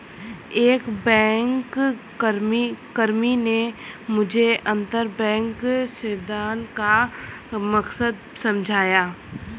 एक बैंककर्मी ने मुझे अंतरबैंक ऋणदान का मकसद समझाया